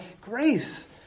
grace